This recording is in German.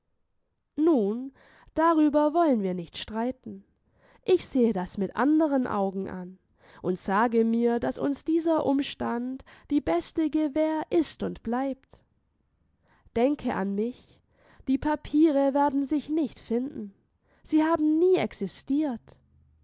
nun darüber wollen wir nicht streiten ich sehe das mit anderen augen an und sage mir daß uns dieser umstand die beste gewähr ist und bleibt denke an mich die papiere werden sich nicht finden sie haben nie existiert